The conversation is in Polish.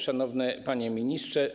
Szanowny Panie Ministrze!